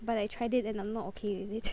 but I tried it and I'm not okay with it